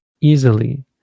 easily